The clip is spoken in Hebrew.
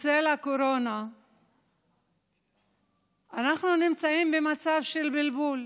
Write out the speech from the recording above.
בצל הקורונה אנחנו נמצאים במצב של בלבול.